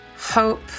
hope